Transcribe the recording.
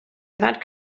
that